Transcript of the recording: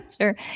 Sure